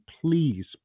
please